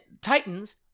Titans